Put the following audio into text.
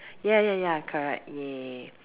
ya ya ya correct yeah